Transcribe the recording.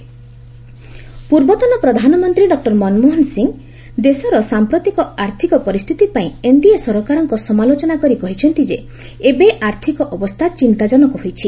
Manmohan economic ପୂର୍ବତନ ପ୍ରଧାନମନ୍ତ୍ରୀ doctor Manmohan Singh ଦେଶର ସାମ୍ପ୍ରତିକ ଆର୍ଥକ ପରିସ୍ଥିତି ପାଇଁ ଏନଡିଏ ସରକାରଙ୍କ ସମାଲୋଚନା କରି କହିଛନ୍ତି ଯେ ଏବେ ଆର୍ଥିକ ଅବସ୍ଥା ଚିନ୍ତାଜନକ ହୋଇଛି